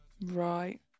Right